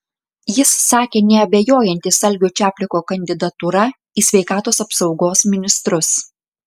jis sakė neabejojantis algio čapliko kandidatūra į sveikatos apsaugos ministrus